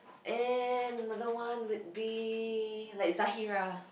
and another one would be like Zahirah